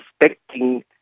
respecting